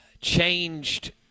changed